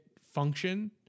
function